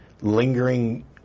lingering